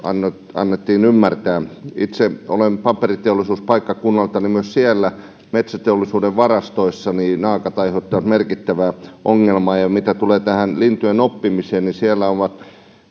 annettiin ymmärtää itse olen paperiteollisuuspaikkakunnalta myös siellä metsäteollisuuden varastoissa naakat aiheuttavat merkittävää ongelmaa ja mitä tulee tähän lintujen oppimiseen siellä